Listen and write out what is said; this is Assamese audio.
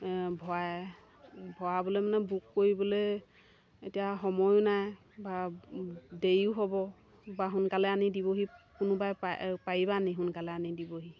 ভৰাই ভৰাবলৈ মানে বুক কৰিবলৈ এতিয়া সময়ো নাই বা দেৰিও হ'ব বা সোনকালে আনি দিবহি কোনোবাই পাৰিবা নেকি সোনকালে আনি দিবহি